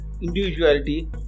individuality